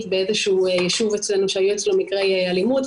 באיזשהו יישוב אצלנו שהיו אצלו מקרי אלימות,